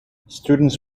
students